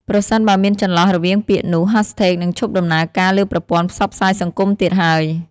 ប្រសិនបើមានចន្លោះរវាងពាក្យ នោះ hashtag នឹងឈប់ដំណើរការលើប្រព័ន្ធផ្សព្វផ្សាយសង្គមទៀតហើយ។